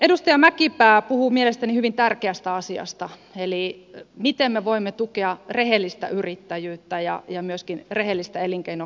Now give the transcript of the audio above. edustaja mäkipää puhui mielestäni hyvin tärkeästä asiasta eli siitä miten me voimme tukea rehellistä yrittäjyyttä ja myöskin rehellistä elinkeinotoimintaa